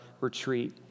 retreat